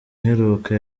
iheruka